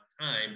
time